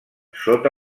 sota